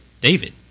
David